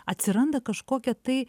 atsiranda kažkokia tai